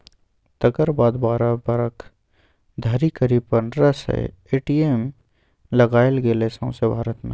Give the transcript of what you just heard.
तकर बाद बारह बरख धरि करीब पनरह सय ए.टी.एम लगाएल गेलै सौंसे भारत मे